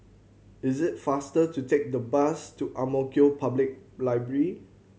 is it faster to take the bus to Ang Mo Kio Public Library